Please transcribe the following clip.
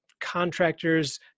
contractors